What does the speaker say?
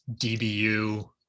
dbu